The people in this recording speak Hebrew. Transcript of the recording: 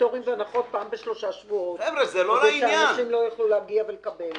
פטורים והנחות פעם בשלושה שבועות כדי שאנשים לא יוכלו להגיע ולקבל.